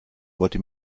wollte